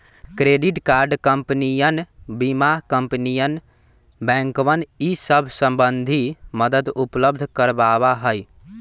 credit card कंपनियन बीमा कंपनियन बैंकवन ई सब संबंधी मदद उपलब्ध करवावा हई